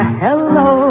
hello